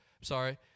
Sorry